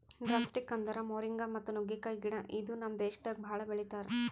drumsticks ಅಂದುರ್ moringa ಮತ್ತ ನುಗ್ಗೆಕಾಯಿ ಗಿಡ ಇದು ನಮ್ ದೇಶದಾಗ್ ಭಾಳ ಬೆಳಿತಾರ್